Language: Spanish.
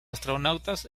astronautas